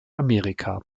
amerika